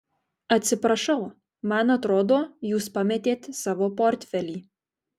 atsiprašau man atrodo jūs pametėt savo portfelį